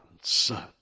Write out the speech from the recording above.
Son